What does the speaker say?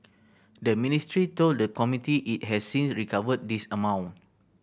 the ministry told the committee it has since recovered this amount